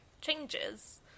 changes